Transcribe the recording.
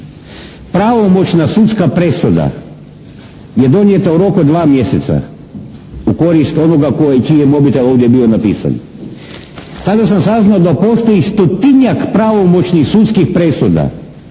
Pravomoćna sudska presuda je donijeta u roku od dva mjeseca u korist onoga čiji je mobitel ovdje bio napisan. Tada sam saznao da postoji stotinjak pravomoćnih sudskih presuda